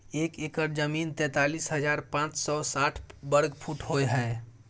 एक एकड़ जमीन तैंतालीस हजार पांच सौ साठ वर्ग फुट होय हय